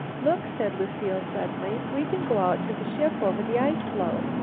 look! said lucile suddenly, we can go out to the ship over the ice-floe!